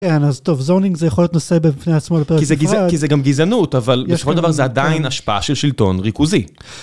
כן, אז טוב זונינג זה יכול להיות נושא בפני עצמו לפרק נפרד. כי זה גם גזענות, אבל בסופו של דבר זה עדיין השפעה של שלטון ריכוזי.